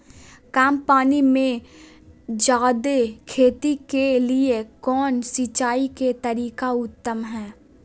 कम पानी में जयादे खेती के लिए कौन सिंचाई के तरीका उत्तम है?